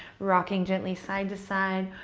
rocking gently side to side,